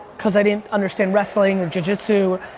cause i didn't understand wrestling or jiu jitsu,